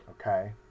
Okay